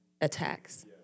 attacks